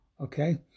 Okay